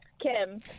Kim